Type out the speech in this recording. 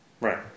Right